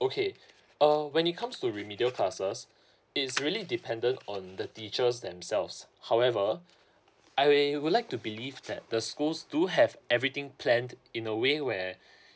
okay uh when it comes to remedial classes it's really dependent on the teachers themselves however I would like to believe that the schools do have everything planned in a way where